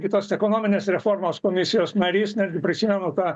kitos ekonominės reformos komisijos narys netgi prisimenu tą